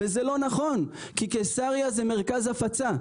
זה לא נכון, כי קיסריה זה מרכז הפצה.